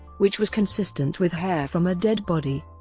which was consistent with hair from a dead body.